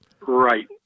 Right